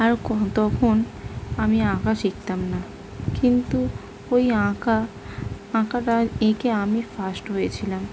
আরো কো তখন আমি আঁকা শিখতাম না কিন্তু ওই আঁকা আঁকাটা এঁকে আমি ফার্স্ট হয়েছিলাম